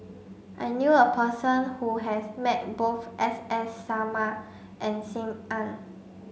I knew a person who has met both S S Sarma and Sim Ann